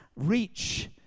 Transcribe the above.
reach